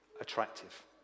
attractive